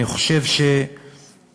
אני חושב ש-60,000,